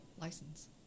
license